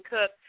Cook